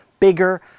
bigger